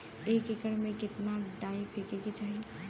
एक एकड़ में कितना डाई फेके के चाही?